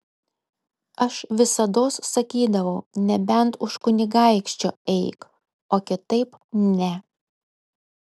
aš visados sakydavau nebent už kunigaikščio eik o kitaip ne